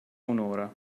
un’ora